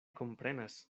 komprenas